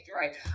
right